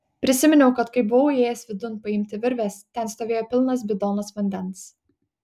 prisiminiau kad kai buvau įėjęs vidun paimti virvės ten stovėjo pilnas bidonas vandens